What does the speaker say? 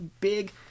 big